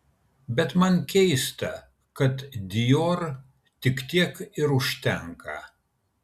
bet man keista kad dior tik tiek ir užtenka